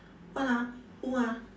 what ah who ah